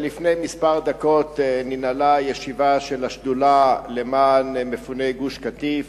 לפני כמה דקות ננעלה ישיבה של השדולה למען מפוני גוש-קטיף.